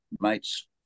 mates